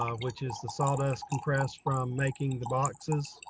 um which is the sawdust compressed from making the boxes.